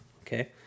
Okay